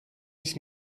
his